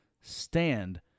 stand